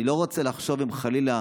אני לא רוצה לחשוב מה חלילה